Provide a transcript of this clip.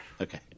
Okay